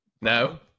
No